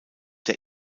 der